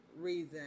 reason